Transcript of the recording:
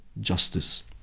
justice